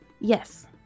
Yes